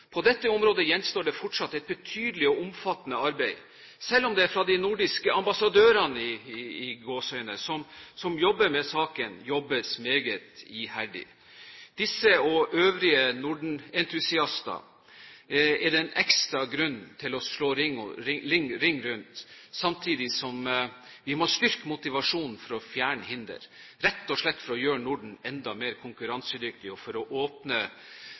På dette området gjenstår det fortsatt et betydelig og omfattende arbeid, selv om det fra de nordiske «ambassadørene» som jobber med saken, jobbes meget iherdig. Disse og øvrige Norden-entusiaster er det en ekstra grunn til å slå ring rundt. Samtidig må vi styrke motivasjonen for å fjerne hinder, rett og slett for å gjøre Norden enda mer konkurransedyktig og for å åpne